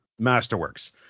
Masterworks